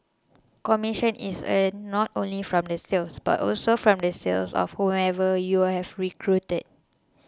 commission is earned not only from the sales but also from the sales of whomever you're have recruited